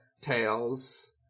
Tails